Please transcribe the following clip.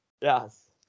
Yes